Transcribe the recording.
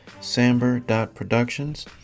samber.productions